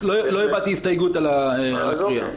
לא הבעתי הסתייגות לקריאה.